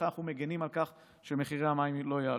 אנחנו מגינים על כך שמחירי המים לא יעלו.